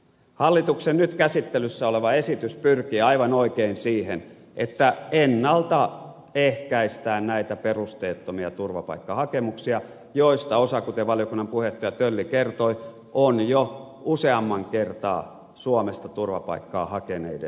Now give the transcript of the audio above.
hallituksen nyt käsittelyssä oleva esitys pyrkii aivan oikein siihen että ennalta ehkäistään näitä perusteettomia turvapaikkahakemuksia joista osa kuten valiokunnan puheenjohtaja tölli kertoi on jo useamman kerran suomesta turvapaikkaa hakeneiden jättämiä